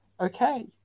Okay